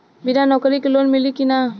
बिना नौकरी के लोन मिली कि ना?